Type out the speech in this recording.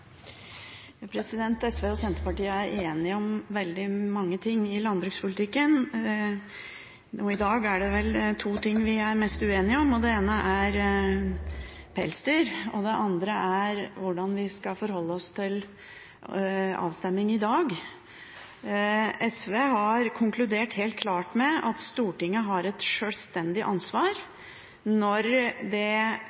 enige om veldig mange ting i landbrukspolitikken. I dag er det vel to ting vi er mest uenige om, og det ene er pelsdyr, og det andre er hvordan vi skal forholde oss til avstemningen i dag. SV har konkludert helt klart med at Stortinget har et sjølstendig ansvar når det